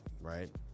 right